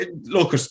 look